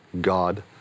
God